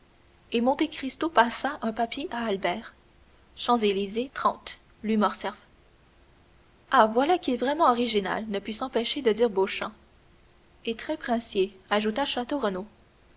et monte cristo passa un papier à albert champs-élysées trente l'humeur ah voilà qui est vraiment original ne put s'empêcher de dire beauchamp et très princier ajouta